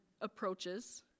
approaches